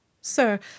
Sir